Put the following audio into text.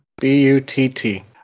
B-U-T-T